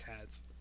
cats